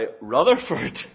Rutherford